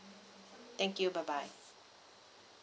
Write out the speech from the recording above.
thank you bye bye